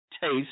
taste